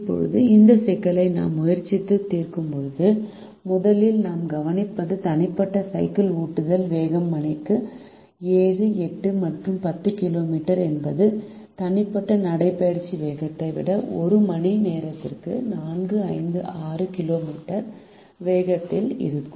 இப்போது இந்த சிக்கலை நாம் முயற்சித்து தீர்க்கும்போது முதலில் நாம் கவனிப்பது தனிப்பட்ட சைக்கிள் ஓட்டுதல் வேகம் மணிக்கு 7 8 மற்றும் 10 கிலோமீட்டர் என்பது தனிப்பட்ட நடைபயிற்சி வேகத்தை விட ஒரு மணி நேரத்திற்கு 4 5 மற்றும் 6 கிலோமீட்டர் வேகத்தில் இருக்கும்